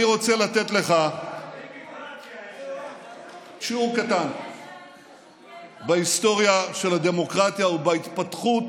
אני רוצה לתת לך שיעור קטן בהיסטוריה של הדמוקרטיה ובהתפתחות